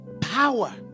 power